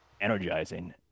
energizing